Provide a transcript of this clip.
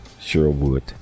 Sherwood